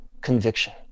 conviction